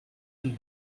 and